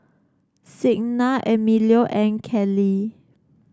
Signa Emilio and Kelli